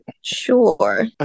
Sure